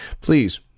please